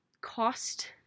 cost